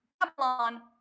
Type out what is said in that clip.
Babylon